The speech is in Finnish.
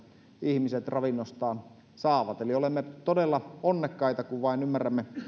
ihmiset ravinnostaan saavat eli olemme todella onnekkaita kun vain ymmärrämme